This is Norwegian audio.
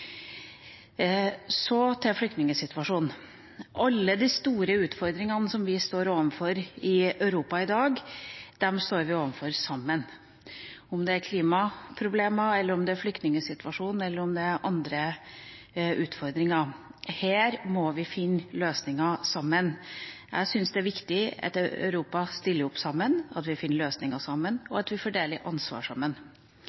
Så til flyktningsituasjonen. Alle de store utfordringene som vi står overfor i Europa i dag, står vi overfor sammen, om det er klimaproblemer, flyktningsituasjonen eller andre utfordringer. Her må vi finne løsninger sammen. Jeg syns det er viktig at Europa stiller opp sammen, at vi finner løsninger sammen,